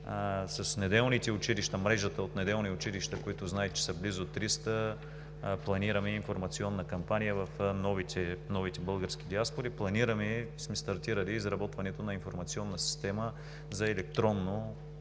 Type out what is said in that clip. в региони. С мрежата от неделни училища, които знаете, че са близо 300, планираме информационна кампания в новите български диаспори. Планираме и сме стартирали изработването на информационна система за електронно